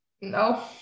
No